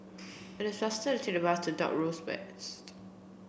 it is faster to the bus to Dock Road West